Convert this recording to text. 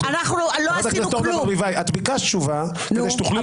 אתה ביקשת תשובה כדי שתוכלי לצעוק.